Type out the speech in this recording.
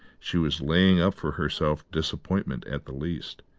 she was laying up for herself disappointment at the least,